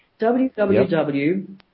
www